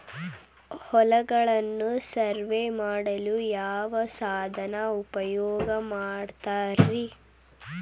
ಹೊಲಗಳನ್ನು ಸರ್ವೇ ಮಾಡಲು ಯಾವ ಸಾಧನ ಉಪಯೋಗ ಮಾಡ್ತಾರ ರಿ?